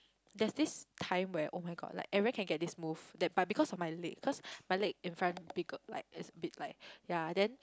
that's this time where [oh]-my-god like everyone can get this move that but because of my leg cause my leg in front bigger like is a bit like yea then